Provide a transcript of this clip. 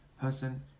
person